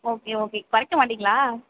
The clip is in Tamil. ஓகே ஓகே குறைக்க மாட்டீங்களா